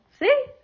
See